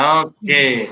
okay